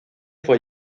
fue